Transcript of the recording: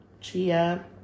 chia